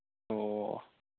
ꯑꯣ ꯑꯣ ꯑꯣ